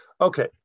Okay